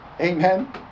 Amen